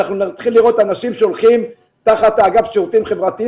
אנחנו נתחיל לראות אנשים שהולכים תחת אגף שירותים חברתיים